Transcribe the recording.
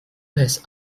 has